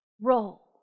roll